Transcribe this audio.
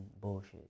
bullshit